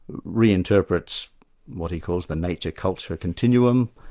re-interprets what he calls the nature-culture continuum,